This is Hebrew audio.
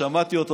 שמעתי אותו,